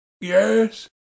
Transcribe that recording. Yes